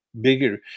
bigger